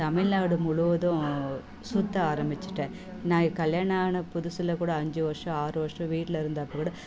தமிழ்நாடு முழுவதும் சுற்ற ஆரம்பிச்சிட்டேன் நான் கல்யாணம் ஆன புதுசில் கூட அஞ்சு வருஷம் ஆறு வருஷம் வீட்டில் இருந்த அப்போ கூட